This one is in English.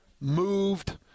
moved